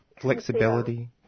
Flexibility